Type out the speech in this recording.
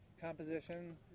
composition